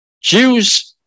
Jews